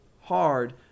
hard